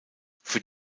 für